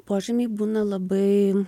požymiai būna labai